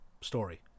story